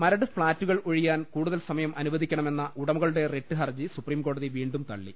മരട് ഫ്ളാറ്റുകൾ ഒഴിയാൻ കൂടുതൽ സമയം അനുവദിക്കണ മെന്ന ഉടമകളുടെ റിട്ട് ഹർജി സുപ്രീംകോടതി വീണ്ടും തള്ളി